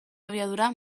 abiadura